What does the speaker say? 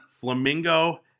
Flamingo